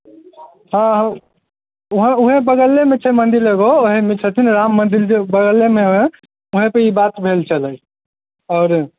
हँ उहाँ उएह बगलेमे छै मन्दिर एगो ओहिमे छथिन एगो राम मन्दिर जे बगलेमे हइ ओहिपर ई बात भेल छलै आओर